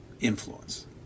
influence